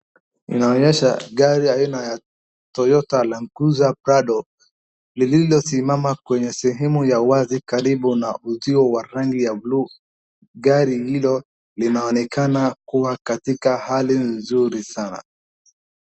Inaonyesha gari aina ya Toyota Land Cruiser Prado lililosimama kwenye sehemu ya wazi karibu na uzio wa rangi ya buluu. Gari hilo linaonekana kuwa katika hali mzuri sana.